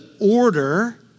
order